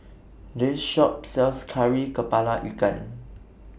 This Shop sells Kari Kepala Ikan